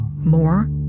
More